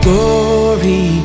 Glory